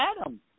adam